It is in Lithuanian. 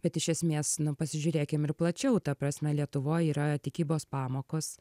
bet iš esmės na pasižiūrėkim ir plačiau ta prasme lietuvoj yra tikybos pamokos